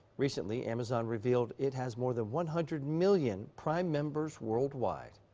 recently, amazon revealed it has more than one hundred million prime members worldwide.